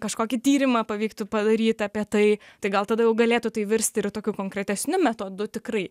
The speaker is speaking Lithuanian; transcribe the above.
kažkokį tyrimą pavyktų padaryt apie tai tai gal tada jau galėtų tai virsti ir tokiu konkretesniu metodu tikrai